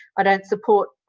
i don't support